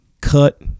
cut